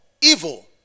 evil